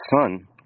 son